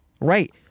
Right